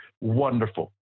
wonderful